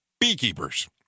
Beekeepers